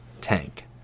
tank